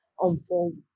unfold